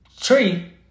tree